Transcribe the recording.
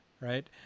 right